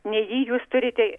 nei jį jūs turite